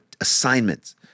assignments